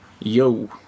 Yo